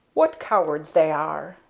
what cowards they are!